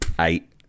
Eight